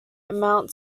amount